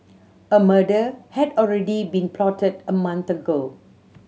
a murder had already been plotted a month ago